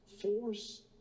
force